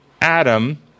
Adam